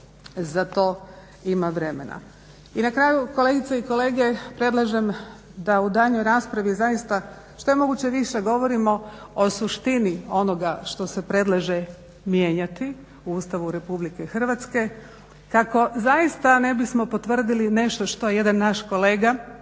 Za to ima vremena. I na kraju kolegice i kolege, predlažem da u daljnjoj raspravi zaista što je moguće više govorimo o suštini onoga što se predlaže mijenjati u Ustavu Republike Hrvatske kako zaista ne bismo potvrdili nešto što je jedan naš kolega